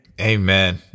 Amen